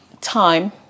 time